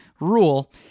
rule